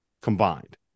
combined